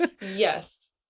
yes